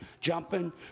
jumping